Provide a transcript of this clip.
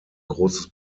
großes